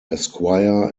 esquire